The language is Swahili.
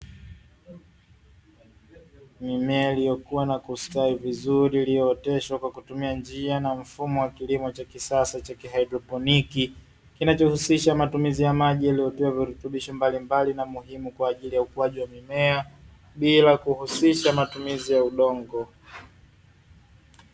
Mimea iliyokua na kustawi vizuri, iliyooteshwa kwa kutumia njia na mfumo wa kilimo kisasa cha kihaidroponiki, kinachohusisha matumizi ya maji yaliyotiwa virutubisho mbalimbali na muhimu kwa ajili ya ukuaji mimea, bila kuhusisha matumizi ya udongo.